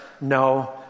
no